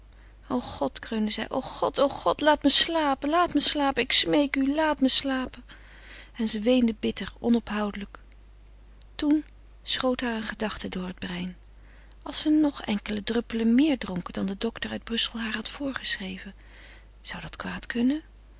oogen maar de slaap kwam niet o god kreunde ze god laat me slapen ik smeek u laat me slapen en ze weende bitter onophoudelijk toen schoot haar eene gedachte door het brein als ze nog enkele druppelen meer dronk dan de dokter uit brussel haar had voorgeschreven zou dat kwaad kunnen